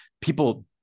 People